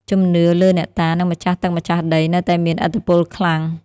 ជំនឿលើអ្នកតា និងម្ចាស់ទឹកម្ចាស់ដី នៅតែមានឥទ្ធិពលខ្លាំង។